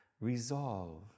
resolve